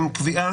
עם קביעה